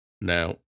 Now